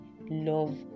love